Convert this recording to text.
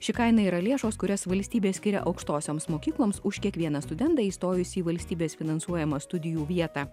ši kaina yra lėšos kurias valstybė skiria aukštosioms mokykloms už kiekvieną studentą įstojusį į valstybės finansuojamą studijų vietą